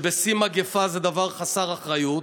בשיא המגפה זה חסר אחריות,